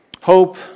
Hope